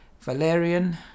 valerian